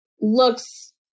looks